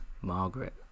Margaret